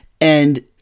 and-